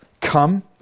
come